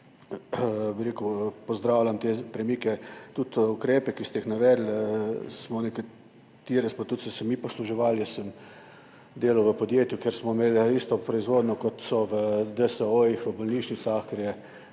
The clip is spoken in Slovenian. pozdravljam te premike. Tudi ukrepe, ki ste jih navedli, nekaterih smo se tudi sami posluževali, ko sem delal v podjetju, kjer smo imeli isto proizvodnjo, kot so v DSO-jih, v bolnišnicah,